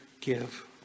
give